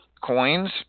coins